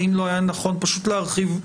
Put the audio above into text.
האם לא היה נכון פשוט להרחיב?